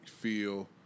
feel